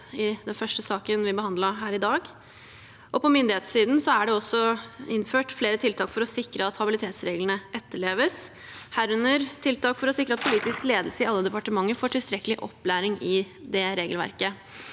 i den første saken vi behandlet her i dag. På myndighetssiden er det innført flere tiltak for å sikre at habilitetsreglene etterleves, herunder tiltak for å sikre at politisk ledelse i alle departementer får tilstrekkelig opplæring i det regelverket.